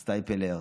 הסטייפלר,